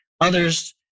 others